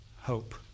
hope